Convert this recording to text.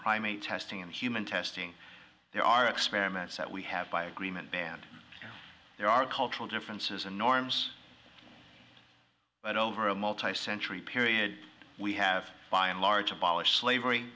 primate testing and human testing there are experiments that we have by agreement banned there are cultural differences and norms but over a multi century period we have by and large abolished slavery